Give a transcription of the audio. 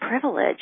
privilege